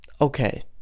Okay